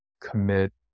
commit